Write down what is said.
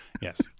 Yes